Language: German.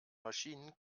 maschinen